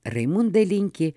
raimunda linki